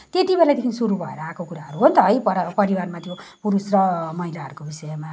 त्यत्तिबेलादेखि सुरु भएर आएको कुराहरू हो नि त है पर परिवारहरूमा त्यो पुरुष र महिलाहरूको विषयमा अब